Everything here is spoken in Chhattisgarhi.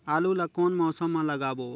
आलू ला कोन मौसम मा लगाबो?